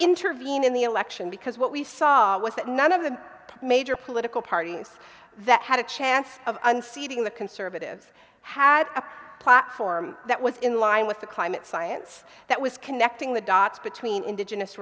intervene in the election because what we saw was that none of the major political parties that had a chance of unseating the conservatives had a platform that was in line with the climate science that was connecting the dots between indigenous